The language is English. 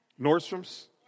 Nordstrom's